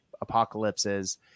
apocalypses